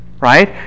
right